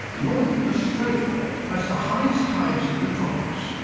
northern australia has the highest tides in the tropics,